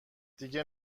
دیگه